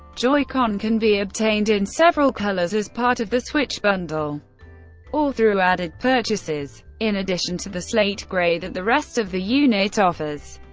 joy-con can be obtained in several colors as part of the switch bundle or through added purchases. in addition to the slate gray that the rest of the unit offers,